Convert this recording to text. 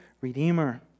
redeemer